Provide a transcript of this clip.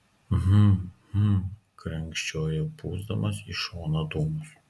hm hm krenkščiojo pūsdamas į šoną dūmus